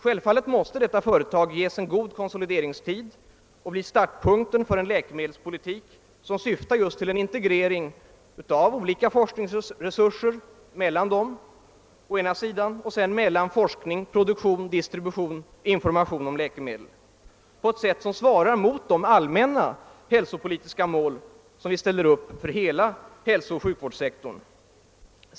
Självfallet måste detta företag ges en god konsolideringstid och bli startpunkten för en läkemedelspolitik som syftar just till en integrering mellan å ena sidan olika forskningsresurser och å andra sidan forskning, produktion, distribution och information om läkemedel på ett sätt som svarar mot de allmänna hälsopolitiska mål som vi ställer upp för hela hälsooch sjukvårdssektorn.